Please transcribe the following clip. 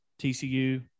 TCU